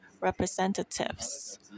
representatives